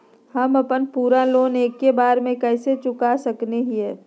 हम अपन पूरा लोन एके बार में कैसे चुका सकई हियई?